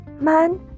Man